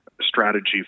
strategy